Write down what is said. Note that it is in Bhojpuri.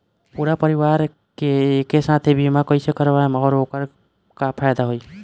पूरा परिवार के एके साथे बीमा कईसे करवाएम और ओकर का फायदा होई?